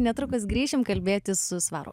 netrukus grįšim kalbėtis su svaru